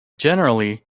generally